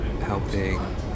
helping